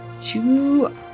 Two